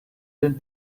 den